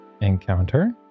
encounter